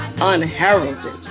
Unheralded